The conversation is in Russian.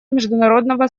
международного